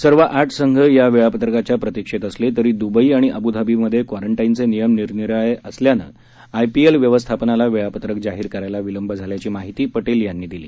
सर्व आठ संघ या वेळापत्रकाच्या प्रतिक्षेत असले तरी दुबई आणि अब्धाबीमध्ये क्वारंटाईनचे नियम निरनिराळे असल्याने आय पी एल व्यवस्थापनाला वेळापत्रक जाहीर करायला विलंब झाल्याची माहिती पटेल यांनी दिली